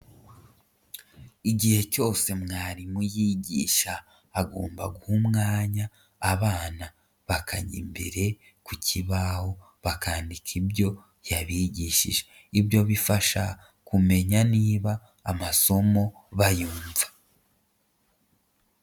Igihe cyose mwarimu yigisha agomba guha umwanya abana bakajya imbere ku kibaho, bakandika ibyo yabigishije, ibyo bifasha kumenya niba amasomo bayumva.